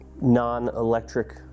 non-electric